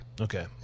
Okay